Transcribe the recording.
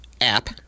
app